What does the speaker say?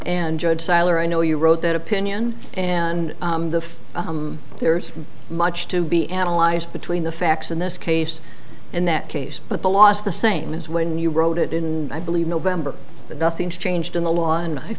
and judge seiler i know you wrote that opinion and the there's much to be analyzed between the facts in this case in that case but the last the same as when you wrote it in i believe november that nothing's changed in the law and i